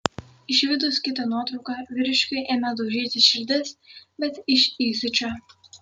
išvydus kitą nuotrauką vyriškiui ėmė daužytis širdis bet iš įsiūčio